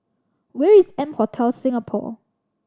where is M Hotel Singapore